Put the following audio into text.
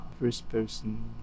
first-person